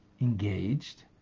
engaged